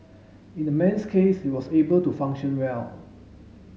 in the man's case he was able to function well